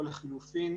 או לחלופין,